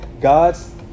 God's